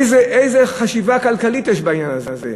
איזה חשיבה כלכלית יש בעניין הזה?